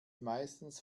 meistens